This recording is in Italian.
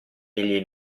egli